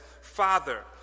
Father